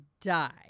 die